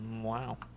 wow